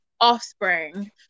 offspring